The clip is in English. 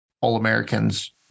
All-Americans